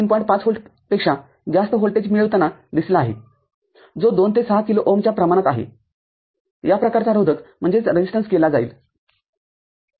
५ व्होल्टपेक्षा जास्त व्होल्टेज मिळवताना दिसला आहे जो २ ते ६ किलो ओहमच्या प्रमाणात आहे या प्रकारचा रोधक केला जाईल ठीक आहे